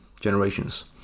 generations